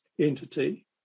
entity